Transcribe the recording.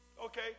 Okay